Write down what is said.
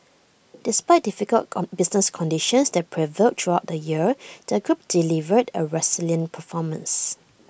despite difficult business conditions that prevailed throughout the year the group delivered A resilient performance